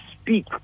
speak